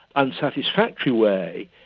unsatisfactory way.